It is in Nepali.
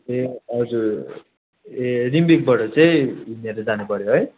ए हजुर ए रिम्बिकबाट चाहिँ हिँडेर जानु पऱ्यो है